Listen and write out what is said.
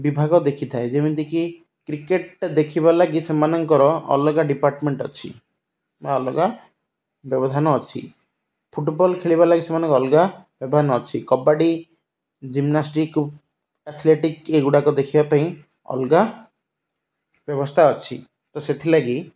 ବିଭାଗ ଦେଖିଥାଏ ଯେମିତିକି କ୍ରିକେଟ୍ ଦେଖିବା ଲାଗି ସେମାନଙ୍କର ଅଲଗା ଡିପାର୍ଟମେଣ୍ଟ୍ ଅଛି ବା ଅଲଗା ବ୍ୟବଧାନ ଅଛି ଫୁଟବଲ୍ ଖେଳିବାର ଲାଗି ସେମାନଙ୍କୁ ଅଲଗା ବ୍ୟବଧାନ୍ ଅଛି କବାଡ଼ି ଜିମ୍ନାଷ୍ଟିକ୍ ଆଥ୍ଲେଟିକ୍ ଏଗୁଡ଼ାକ ଦେଖିବା ପାଇଁ ଅଲଗା ବ୍ୟବସ୍ଥା ଅଛି ତ ସେଥିଲାଗି